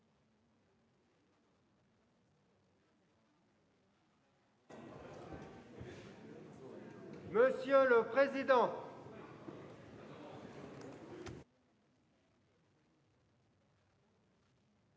Monsieur le président,